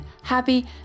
happy